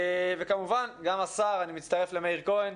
וכמובן, גם השר, אני מצטרף למאיר כהן,